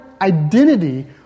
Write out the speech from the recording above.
identity